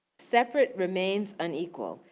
separate remains unequal,